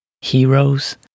heroes